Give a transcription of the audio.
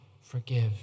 forgive